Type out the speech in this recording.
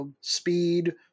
speed